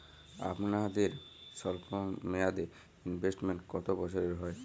আপনাদের স্বল্পমেয়াদে ইনভেস্টমেন্ট কতো বছরের হয়?